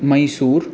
Mysore